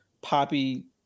poppy